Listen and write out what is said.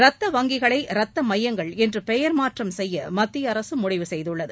ரத்த வங்கிகளை ரத்த மையங்கள் என்று பெயர் மாற்றம் செய்ய மத்திய அரசு முடிவு செய்துள்ளது